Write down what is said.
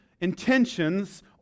intentions